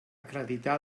acreditar